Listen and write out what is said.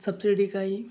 subsidy काही